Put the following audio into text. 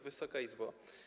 Wysoka Izbo!